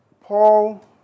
Paul